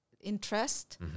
interest